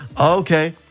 Okay